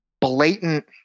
blatant